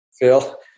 Phil